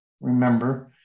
remember